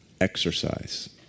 exercise